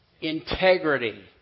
integrity